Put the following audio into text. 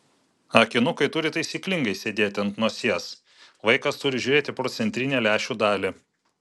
akinukai turi taisyklingai sėdėti ant nosies vaikas turi žiūrėti pro centrinę lęšių dalį